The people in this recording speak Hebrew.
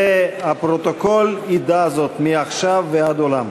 והפרוטוקול ידע זאת מעכשיו ועד עולם.